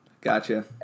Gotcha